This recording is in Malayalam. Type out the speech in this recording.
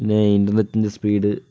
പിന്നെ ഇൻ്റർനെറ്റിൻ്റെ സ്പീഡ്